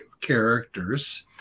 characters